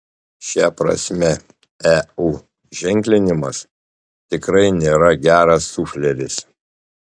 šia prasme eu ženklinimas tikrai nėra geras sufleris